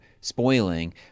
spoiling